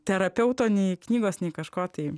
terapeuto nei knygos nei kažko tai